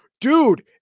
Dude